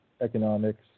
economics